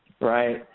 Right